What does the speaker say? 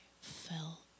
fell